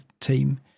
team